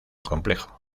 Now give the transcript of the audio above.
complejo